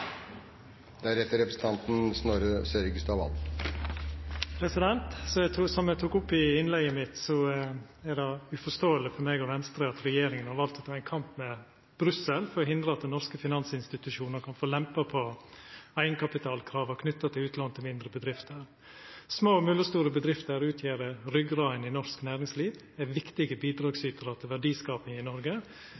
det uforståeleg for meg og Venstre at regjeringa har valt å ta ein kamp med Brussel for å hindra at norske finansinstitusjonar kan få lempa på eigenkapitalkrava knytte til utlån til mindre bedrifter. Små og mellomstore bedrifter utgjer ryggrada i norsk næringsliv og er viktige